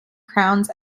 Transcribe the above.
crowns